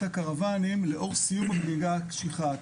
הקרוואנים לאור סיום ה הבנייה הקשיחה.